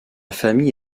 famille